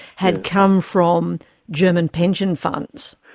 had come from german pension funds?